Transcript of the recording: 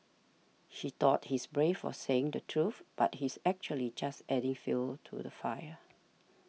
he thought he's brave for saying the truth but he's actually just adding fuel to the fire